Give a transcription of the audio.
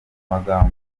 magambo